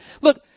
Look